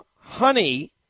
honey